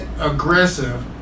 aggressive